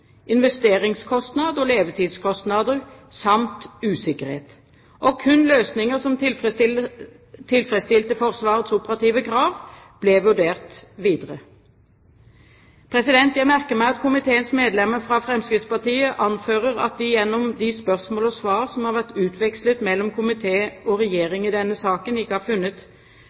investeringskostnad og levetidskostnader samt usikkerhet. Kun løsninger som tilfredsstilte Forsvarets operative krav, ble vurdert videre. Jeg merker meg at komiteens medlemmer fra Fremskrittspartiet anfører at de gjennom de spørsmål og svar som har vært utvekslet mellom komité og regjering i denne saken, ikke har funnet